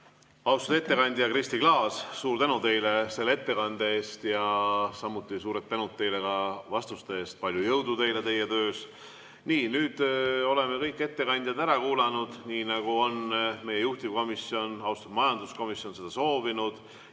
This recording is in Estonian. Austatud ettekandja Kristi Klaas, suur tänu teile selle ettekande eest ja samuti suur tänu teile vastuste eest! Palju jõudu teile teie töös! Nüüd oleme kõik ettekanded ära kuulanud, nii nagu on meie juhtivkomisjon, austatud majanduskomisjon, seda soovinud.